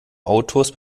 autors